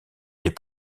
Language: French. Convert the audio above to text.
des